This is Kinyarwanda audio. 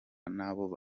n’abo